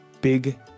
big